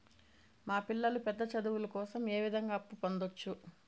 మా పిల్లలు పెద్ద చదువులు కోసం ఏ విధంగా అప్పు పొందొచ్చు?